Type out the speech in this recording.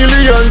millions